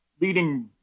leading